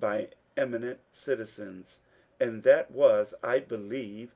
by eminent citizens and that was, i believe,